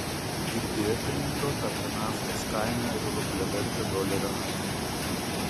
girdėjote anekdotą apie naftos kainą ir rublio vertę dolerio atžvilgiu